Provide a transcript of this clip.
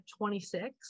26